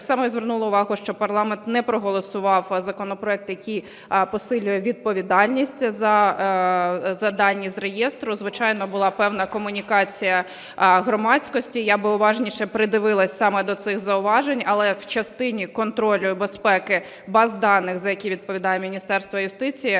Так само я звернула увагу, що парламент не проголосував законопроект, який посилює відповідальність за дані з реєстру. Звичайно, була певна комунікація громадськості. Я би уважніше придивилась саме до цих зауважень. Але в частині контролю і безпеки баз даних, за які відповідає Міністерство юстиції,